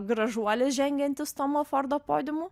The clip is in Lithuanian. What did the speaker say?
gražuolis žengiantis tomo fordo podiumu